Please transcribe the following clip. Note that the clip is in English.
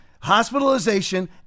hospitalization